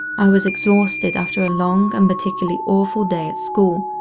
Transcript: i was exhausted after a long and particularly awful day at school,